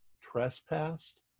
trespassed